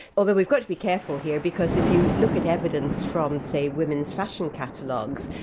although we've got to be careful here, because if you look at evidence from, say, women's fashion catalogues,